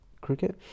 cricket